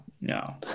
no